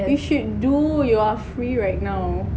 you should do you are free right now